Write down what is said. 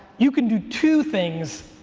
you can do two things,